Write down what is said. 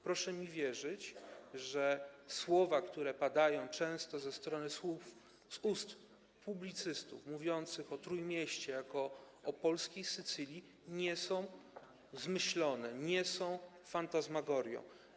Proszę mi wierzyć, że słowa, które padają często z ust publicystów mówiących o Trójmieście jako o polskiej Sycylii, nie są zmyślone, nie są fantasmagorią.